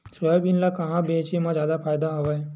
Soybean ल कहां बेचे म जादा फ़ायदा हवय?